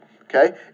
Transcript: Okay